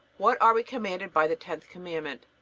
what are we commanded by the tenth commandment?